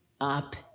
up